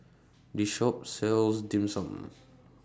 This Shop sells Dim Sum